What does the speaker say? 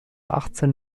achtzehn